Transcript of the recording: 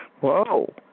whoa